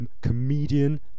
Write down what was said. comedian